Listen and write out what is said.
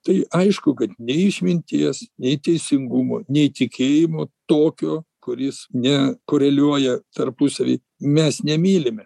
tai aišku kad nei išminties nei teisingumo nei tikėjimo tokio kuris nekoreliuoja tarpusavy mes nemylime